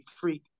free